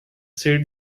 said